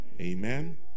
Amen